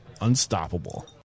unstoppable